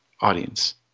audience